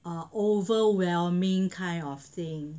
err overwhelming kind of thing